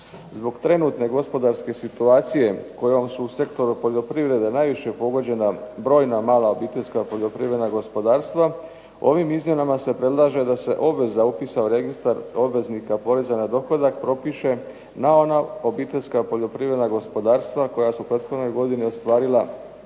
Zbog trenutne gospodarske situacije kojom su u sektoru poljoprivrede najviše pogođena brojna mala obiteljska poljoprivredna gospodarstva ovim izmjenama se predlaže da se obveza upisa u registar obveznika poreza na dohodak propiše na ona obiteljska poljoprivredna gospodarstva koja su u prethodnoj godini ostvarila 24000